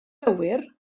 gywir